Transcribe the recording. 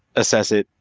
assess it,